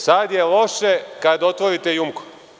Sada je loše kada otvorite „Jumko“